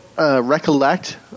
Recollect